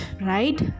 right